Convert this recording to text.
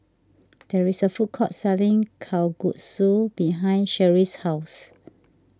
there is a food court selling Kalguksu behind Sherrie's house